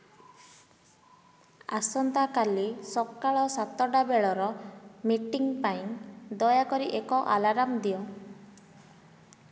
ଆସନ୍ତାକାଲି ସକାଳ ସାତଟା ବେଳର ମିଟିଂ ପାଇଁ ଦୟାକରି ଏକ ଆଲାର୍ମ ଦିଅ